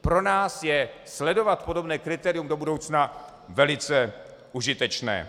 Pro nás je sledovat podobné kritérium do budoucna velice užitečné.